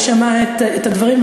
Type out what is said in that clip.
הוא שמע את הדברים,